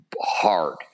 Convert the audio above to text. hard